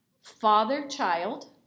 father-child